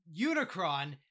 unicron